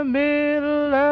middle